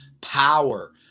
power